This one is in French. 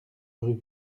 rue